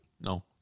No